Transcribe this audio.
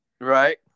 right